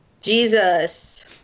Jesus